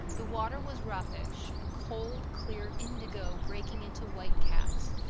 the water was roughish, a cold, clear indigo breaking into whitecaps.